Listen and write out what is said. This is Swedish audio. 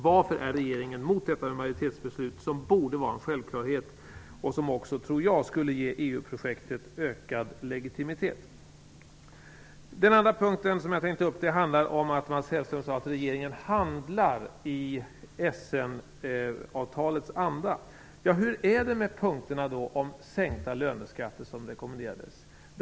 Varför är regeringen emot detta med majoritetsbeslut, som borde vara en självklarhet och som också, tror jag, skulle ge EU-projektet ökad legitimitet? Den andra punkten som jag tänkte ta upp handlar om att Mats Hellström sade att regeringen handlar i Essenavtalets anda. Hur är det med punkterna om sänkta löneskatter, som rekommenderades?